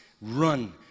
run